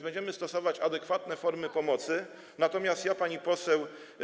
Będziemy stosować adekwatne formy pomocy, natomiast ja, pani poseł.